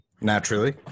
Naturally